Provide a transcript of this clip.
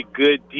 good